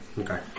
Okay